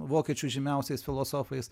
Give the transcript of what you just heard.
vokiečių žymiausiais filosofais